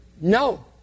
No